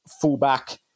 fullback